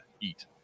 eat